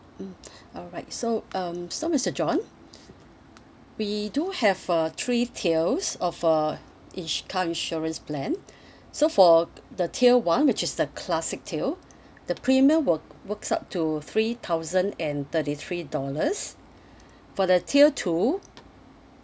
mmhmm alright so um so mister john we do have uh three tiers of uh each car insurance plan so for the tier one which is the classic tier the premium will works up to three thousand and thirty three dollars for the tier two